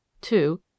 two